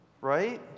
right